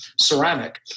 ceramic